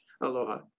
Aloha